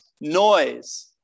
noise